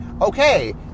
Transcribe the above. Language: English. okay